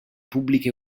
pubbliche